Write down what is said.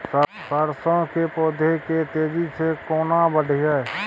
सरसो के पौधा के तेजी से केना बढईये?